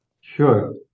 Sure